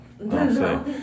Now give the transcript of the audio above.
No